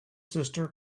sister